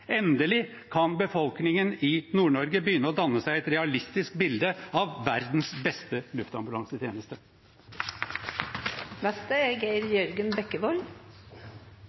Endelig kan befolkningen i Nord-Norge begynne å danne seg et realistisk bilde av verdens beste luftambulansetjeneste. Det er